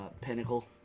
Pinnacle